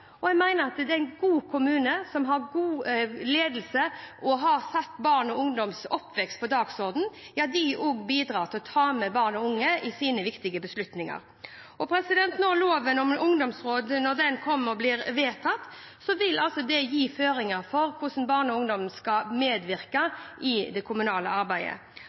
at en god kommune, som har en god ledelse som har satt barn og ungdoms oppvekst på dagsordenen, også bidrar til å ta med barn og unge i sine viktige beslutninger. Når loven om ungdomsråd blir vedtatt, vil det gi føringer for hvordan barn og ungdom skal medvirke i det kommunale arbeidet.